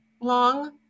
Long